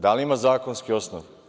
Da li ima zakonski osnov?